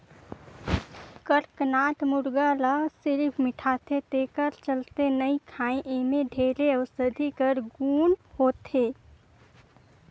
कड़कनाथ मुरगा ल सिरिफ मिठाथे तेखर चलते नइ खाएं एम्हे ढेरे अउसधी कर गुन होथे